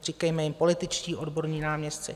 Říkejme jim političtí odborní náměstci.